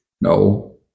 No